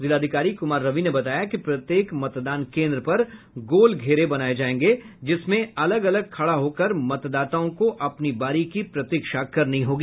जिलाधिकारी कुमार रवि ने बताया कि प्रत्येक मतदान केन्द्र पर गोल घेरे बनाये जायेंगे जिसमें अलग अलग खड़ा होकर मतदाताओं को अपनी बारी की प्रतीक्षा करनी होगी